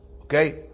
Okay